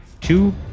two